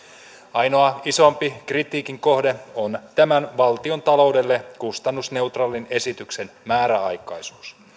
ainoa isompi kritiikin kohde on tämän valtiontaloudelle kustannusneutraalin esityksen määräaikaisuus